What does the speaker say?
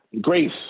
Grace